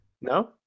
no